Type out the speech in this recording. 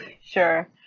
Sure